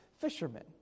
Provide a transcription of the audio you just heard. fishermen